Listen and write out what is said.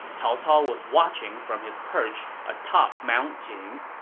cao cao was watching from his perch atop mount jing.